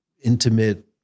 intimate